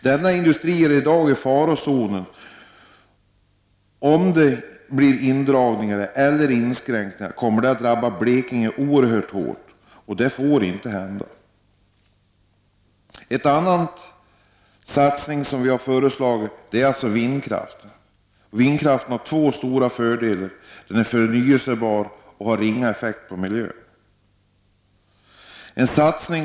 Denna industri är i dag i farozonen. Indragningar eller inskränkningar kommer att drabba Blekinge oerhört hårt, och detta får inte hända. En annan satsning som vi i vpk har föreslagit är satsningen på vindkraften. Vindkraften har två stora fördelar: den är förnyelsebar och den har ringa effekt på miljön.